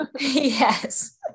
Yes